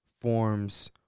forms